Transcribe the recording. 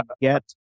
get